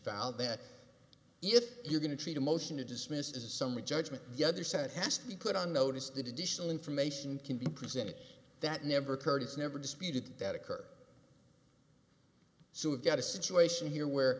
filed that if you're going to treat a motion to dismiss is a summary judgment the other side has to be put on notice that additional information can be presented that never occurred it's never disputed that occur so we've got a situation here where